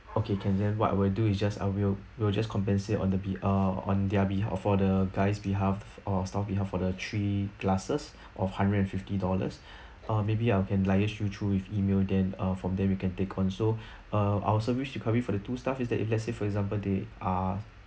okay can then what we'll do is just I will we'll just compensate on the be uh on their behalf for the guys behalf uh staff behalf for the three glasses of hundred and fifty dollars ah maybe I can liaise you through with email then uh from there we can take on so uh our service recovery for the two staff is that if let's say for example they are